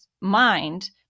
mind